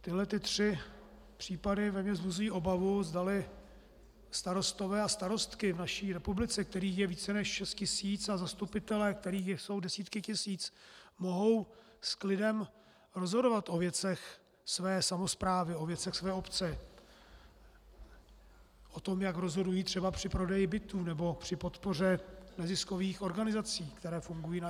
Tyhle ty tři případy ve mně vzbuzují obavu, zdali starostové a starostky v naší republice, kterých je více než šest tisíc, a zastupitelé, kterých jsou desítky tisíc, mohou s klidem rozhodovat o věcech své samosprávy, o věcech své obce, o tom, jak rozhodují třeba při prodeji bytů nebo při podpoře neziskových organizací, které fungují